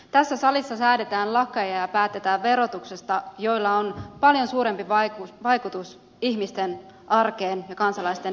tässä salissa säädetään lakeja ja päätetään verotuksesta joilla on paljon suurempi vaikutus ihmisten arkeen ja kansalaisten elämään